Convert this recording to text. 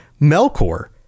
Melkor